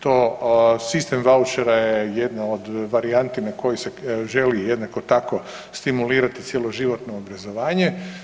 To sistem vaučera je jedna od varijanti na koju se želi jednako tako stimulirati cjeloživotno obrazovanje.